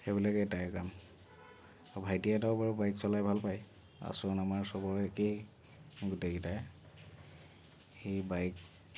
সেইবিলাকেই তাইৰ কাম আৰু ভাইটি এটায়ো বাৰু বাইক চলাই ভাল পায় আচৰণ আমাৰ চবৰে একেই গোটেইকেইটাৰে সি বাইক